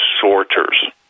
sorters